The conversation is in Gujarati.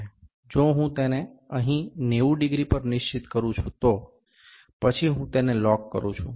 જો હું તેને અહીં 90 ડિગ્રી પર નિશ્ચિત કરું છું તો પછી હું તેને લોક કરું છું